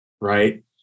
right